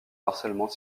harcèlement